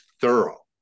thorough